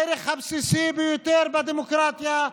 הערך הבסיסי ביותר בדמוקרטיה,